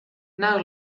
now